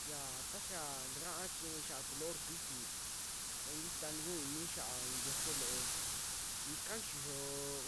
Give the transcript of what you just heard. Yaa ta xaa takaa chiñai xa'a color kuiji ta i'in tita takuu ini xiaa i'i yosoo loo chi ika ni xiyo